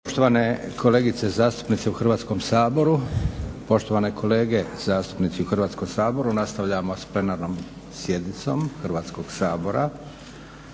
poštovani kolege zastupnici u Hrvatskom saboru možemo nastavljamo s Plenarnom sjednicom Hrvatskog sabora,